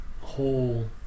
whole